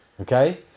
Okay